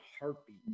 heartbeat